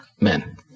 men